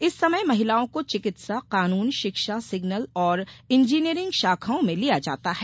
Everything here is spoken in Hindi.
इस समय महिलाओं को चिकित्सा कानून शिक्षा सिग्नल और इंजीनियरिंग शाखाओं में लिया जाता है